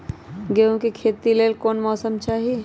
गेंहू के खेती के लेल कोन मौसम चाही अई?